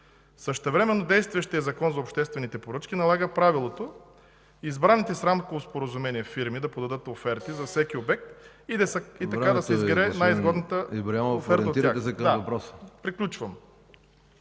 Същевременно действащият Закон за обществените поръчки налага правилото избраните в рамково споразумение фирми да подадат оферти за всеки обект и така да се избере най-изгодната оферта от тях. ПРЕДСЕДАТЕЛ